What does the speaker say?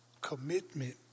commitment